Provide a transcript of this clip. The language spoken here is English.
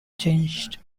changed